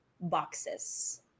boxes